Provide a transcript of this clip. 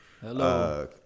Hello